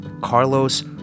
Carlos